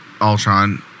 Ultron